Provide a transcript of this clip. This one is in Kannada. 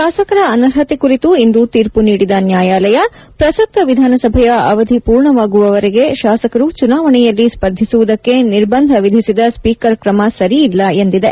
ಶಾಸಕರ ಅನರ್ಹತೆ ಕುರಿತು ಇಂದು ತೀರ್ಪು ನೀಡಿದ ನ್ಯಾಯಾಲಯ ಪ್ರಸಕ್ತ ವಿಧಾನಸಭೆಯ ಅವಧಿ ಪೂರ್ಣವಾಗುವವರೆಗೆ ಶಾಸಕರು ಚುನಾವಣೆಯಲ್ಲಿ ಸ್ಪರ್ಧಿಸುವುದಕ್ಕೆ ನಿರ್ಬಂಧ ವಿಧಿಸಿದ ಸ್ವೀಕರ್ ಕ್ರಮ ಸರಿಯಲ್ಲ ಎಂದಿದೆ